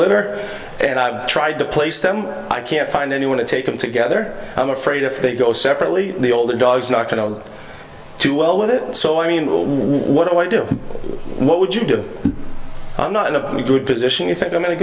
litter and i tried to place them i can't find anyone to take them together i'm afraid if they go separately the older dogs not going on too well with it so i mean will what do i do what would you do i'm not in a good position i